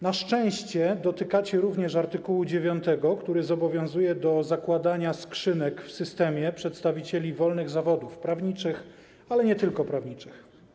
Na szczęście dotykacie również art. 9, który zobowiązuje do zakładania skrzynek w systemie przedstawicieli wolnych zawodów prawniczych, ale nie tylko prawniczych.